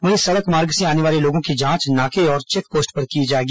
वहीं सड़क मार्ग से आने वाले लोगों की जांच नाके और चेकपोस्ट पर की जाएगी